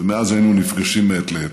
ומאז היינו נפגשים מעת לעת.